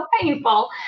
painful